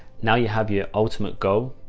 now you have your ultimate goal.